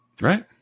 Right